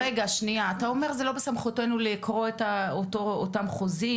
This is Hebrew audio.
אתה אומר זה לא בסמכותנו לקרוא את אותם חוזים,